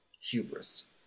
hubris